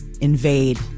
invade